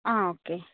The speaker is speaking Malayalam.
ആ ഒക്കെ